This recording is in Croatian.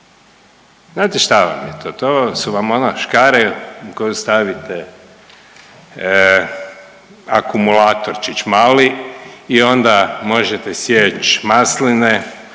Znate šta vam je to, to su vam ona škare u koju stavite akumulatorčić mali onda možete sjeći masline,